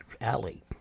Alley